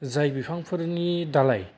जाय बिफांफोरनि दालाय